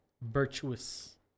virtuous